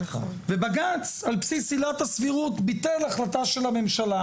ובג"צ על בסיס עילת הסבירות ביטל החלטה של הממשלה.